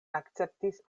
akceptis